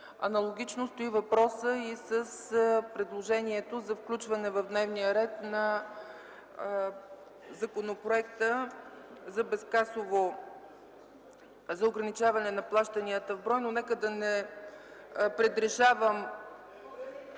Аналогично стои въпросът и с предложението за включване в дневния ред на Законопроекта за ограничаване на плащанията в брой, но нека да не предрешавам